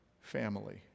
family